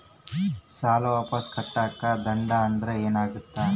ಸಾಲ ವಾಪಸ್ ಕಟ್ಟಕ ತಡ ಆದ್ರ ಏನಾಗುತ್ತ?